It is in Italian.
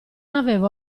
avevo